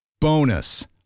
Bonus